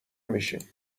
میشیم